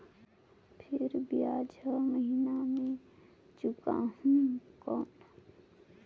फिर ब्याज हर महीना मे चुकाहू कौन?